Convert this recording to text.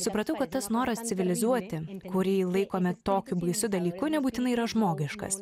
supratau kad tas noras civilizuoti kurį laikome tokiu baisiu dalyku nebūtinai yra žmogiškas